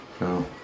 No